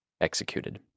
executed